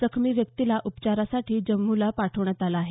जखमी व्यक्तीला उपचारासाठी जम्मूला पाठवण्यात आलं आहे